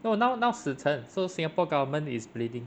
no now now 死城 so singapore government is bleeding